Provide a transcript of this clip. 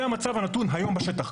זה המצב הנתון היום בשטח.